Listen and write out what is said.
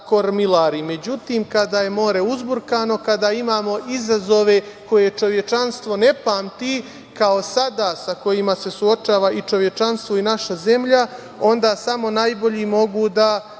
Međutim, kada je more uzburkano, kada imamo izazove koje čovečanstvo ne pamti, kao sada sa kojima se suočava čovečanstvo i naša zemlja, onda samo najbolji mogu da